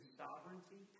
sovereignty